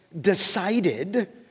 decided